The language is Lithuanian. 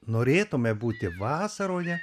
norėtumė būti vasaroje